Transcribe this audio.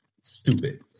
stupid